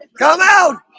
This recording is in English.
come out